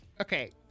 Okay